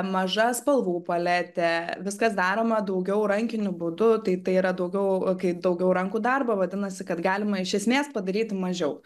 maža spalvų paletė viskas daroma daugiau rankiniu būdu tai tai yra daugiau kai daugiau rankų darbo vadinasi kad galima iš esmės padaryti mažiau